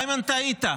איימן, טעית.